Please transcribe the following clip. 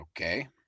okay